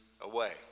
away